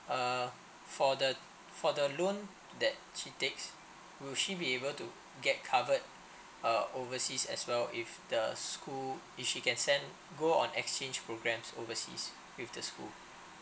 uh for the for the loan that she takes will she be able to get covered uh overseas as well if the school if she can send go on exchange programs overseas with the school